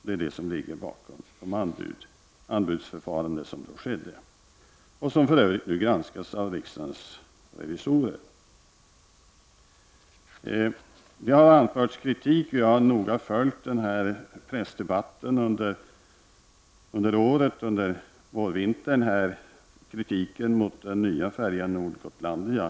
Det är vad som ligger bakom de anbudsförfaranden som då skedde och som för övrigt nu granskas av riksdagens revisorer. Jag har noga följt pressdebatten under vårvintern, där det här framförts kritik mot den nya färjan Nord Gotlandia.